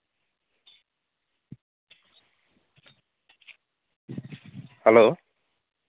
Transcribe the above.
hello